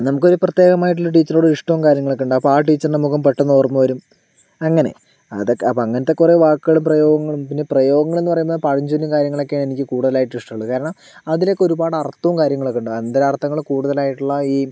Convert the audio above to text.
നമുക്കൊരു പ്രത്യേകമായിടുള്ള ടീച്ചറോട് ഇഷ്ടവും കാര്യങ്ങളൊക്കെ ഉണ്ടാവും അപ്പോൾ ആ ടീച്ചറിൻ്റെ മുഖം പെട്ടെന്ന് ഓർമ്മ വരും അങ്ങനെ അതൊക്കെ അപ്പോൾ അങ്ങനത്തെ കുറേ വാക്കുകളും പ്രയോഗങ്ങളും പിന്നെ പ്രയോഗങ്ങളെന്ന് പറയുന്നത് പഴഞ്ചൊല്ലും കാര്യങ്ങളൊക്കെയാണ് എനിക്ക് കൂടുതലായിട്ട് ഇഷ്ടമുള്ളത് കാരണം അതിലൊക്കെ ഒരുപാട് അർത്ഥം കാര്യങ്ങളൊക്കെ ഉണ്ട് അന്തരാർഥങ്ങൾ കൂടുതലായിട്ടുള്ള ഈ